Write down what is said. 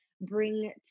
bring